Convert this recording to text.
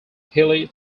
hilly